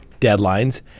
deadlines